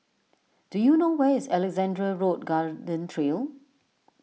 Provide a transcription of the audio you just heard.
do you know where is Alexandra Road Garden Trail